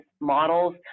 models